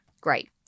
Great